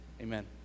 Amen